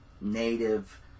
native